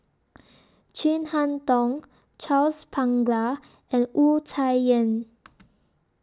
Chin Harn Tong Charles Paglar and Wu Tsai Yen